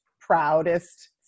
proudest